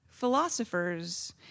philosophers